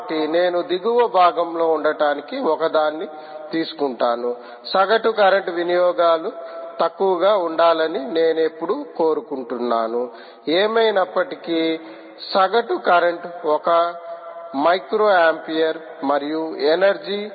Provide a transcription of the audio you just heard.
కాబట్టి నేను దిగువ భాగంలో ఉండటానికి ఒకదాన్ని తీసుకుంటాను సగటు కరెంట్ వినియోగాలు తక్కువగా ఉండాలని నేను ఎప్పుడూ కోరుకుంటున్నాను ఏమైనప్పటికీ సగటు కరెంట్ ఒక మైక్రోఆంపియర్ మరియు ఎనర్జీ